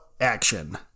action